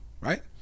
right